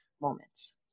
moments